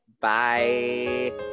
Bye